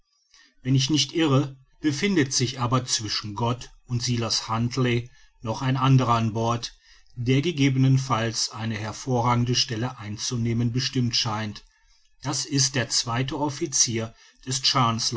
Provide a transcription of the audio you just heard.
wenn ich nicht irre befindet sich aber zwischen gott und silas huntly noch ein anderer an bord der gegebenen falls eine hervorragende stelle einzunehmen bestimmt scheint das ist der zweite officier des